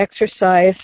exercise